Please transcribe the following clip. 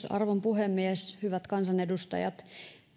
arvon puhemies hyvät kansanedustajat